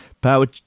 Power